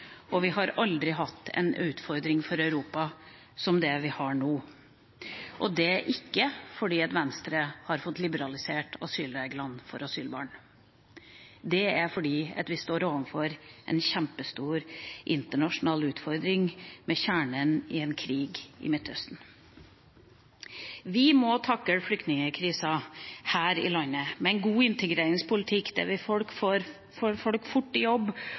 og vi har aldri hatt en utfordring for Europa som det vi har nå. Det er ikke fordi Venstre har fått liberalisert asylreglene for asylbarn, men fordi vi står overfor en kjempestor internasjonal utfordring, med kjernen i en krig i Midtøsten. Vi må takle flyktningkrisa her i landet med en god integreringspolitikk der vi får folk fort i jobb,